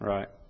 Right